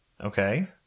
Okay